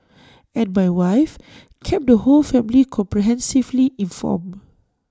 and my wife kept the whole family comprehensively informed